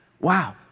Wow